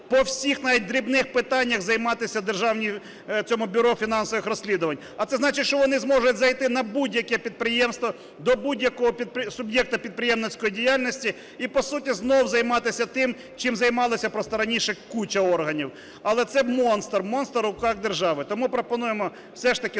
по всіх, навіть дрібних питаннях, займатися цьому бюро фінансових розслідувань. А це значить, що вони зможуть зайти на будь-яке підприємств, до будь-якого суб'єкту підприємницької діяльності і по суті знов займатись тим, чим займалась просто раніше куча органів. Але це монстр, монстр у руках держави. Тому пропонуємо все ж таки